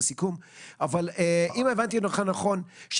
אם הבנתי אותך נכון,